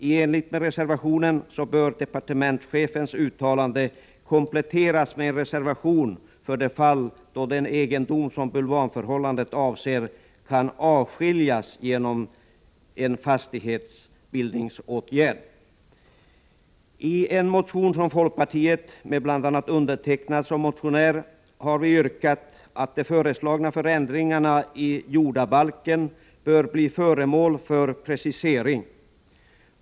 I enlighet med reservationen bör departementschefens uttalande kompletteras med en reservation för de fall då den egendom som bulvanförhållandet avser kan avskiljas genom en fastighetsbildningsåtgärd. I en motion från folkpartiet, där jag är en av motionärerna, har vi yrkat att de föreslagna förändringarna i jordabalken bör bli föremål för precisering.